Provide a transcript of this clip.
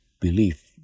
belief